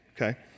okay